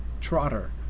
Trotter